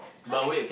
how many